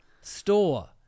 Store